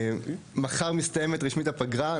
מחר מסתיימת רשמית הפגרה.